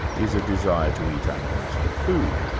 is a desire to eat animals for food.